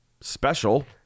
Special